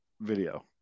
video